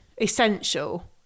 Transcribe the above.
essential